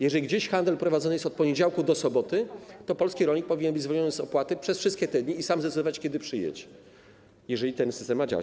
Jeżeli gdzieś handel prowadzony jest od poniedziałku do soboty, to polski rolnik powinien być zwolniony z opłaty przez wszystkie te dni i sam zdecydować, kiedy przyjedzie, jeżeli ten system ma działać.